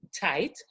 tight